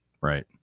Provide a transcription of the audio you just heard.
Right